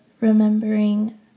remembering